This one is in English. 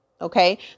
Okay